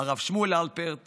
הרב שמואל הלפרט